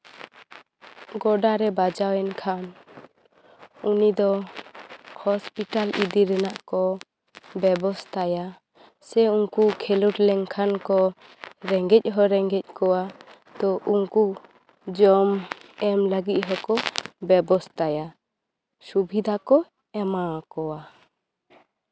ᱜᱚᱰᱟ ᱨᱮ ᱵᱟᱡᱟᱣ ᱮᱱ ᱠᱷᱟᱱ ᱩᱱᱤ ᱫᱚ ᱦᱚᱥᱯᱤᱴᱟᱞ ᱤᱫᱤ ᱨᱮᱱᱟᱜ ᱠᱚ ᱵᱮᱵᱚᱥᱛᱷᱟᱭᱟ ᱥᱮ ᱩᱱᱠᱩ ᱠᱷᱮᱞᱳᱰ ᱞᱮᱱᱠᱷᱟᱱ ᱠᱚ ᱨᱮᱸᱜᱮᱡ ᱦᱚᱸ ᱨᱮᱸᱜᱮᱡ ᱠᱚᱣᱟ ᱛᱚ ᱩᱱᱠᱩ ᱡᱚᱢ ᱮᱢ ᱞᱟᱹᱜᱤᱫ ᱦᱚᱸ ᱠᱚ ᱵᱮᱵᱚᱥᱛᱷᱟᱭᱟ ᱥᱩᱵᱤᱫᱷᱟ ᱠᱚ ᱮᱢᱟ ᱠᱚᱣᱟ